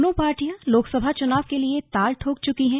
दोनों पार्टियां लोकसभा चुनाव के लिए ताल ठोक चुकी हैं